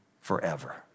forever